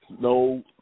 no